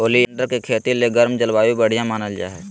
oleander के खेती ले गर्म जलवायु बढ़िया मानल जा हय